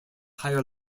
higher